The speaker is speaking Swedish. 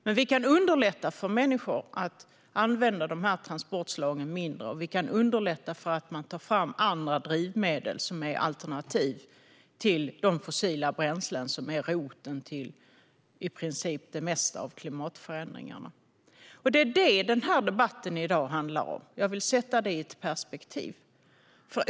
Men vi kan underlätta för människor att använda de här transportslagen mindre, och vi kan underlätta för att man tar fram andra drivmedel som är alternativ till de fossila bränslen som är roten till i princip det mesta av klimatförändringarna. Det är vad debatten i dag handlar om. Jag vill sätta det i ett perspektiv.